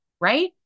Right